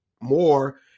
more